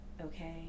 Okay